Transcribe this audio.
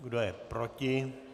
Kdo je proti?